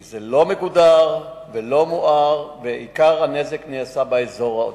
זה לא מגודר ולא מואר ועיקר הנזק נעשה באזור הזה.